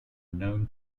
known